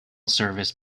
serviced